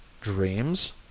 Dreams